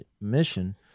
mission